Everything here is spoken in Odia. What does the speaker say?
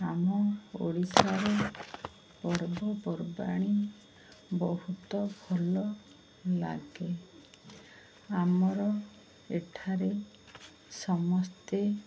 ଆମ ଓଡ଼ିଶାର ପର୍ବପର୍ବାଣି ବହୁତ ଭଲଲାଗେ ଆମର ଏଠାରେ ସମସ୍ତେ